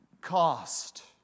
cost